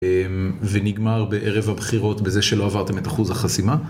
ונגמר בערב הבחירות בזה שלא עברתם את אחוז החסימה.